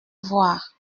voir